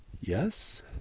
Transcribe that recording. Yes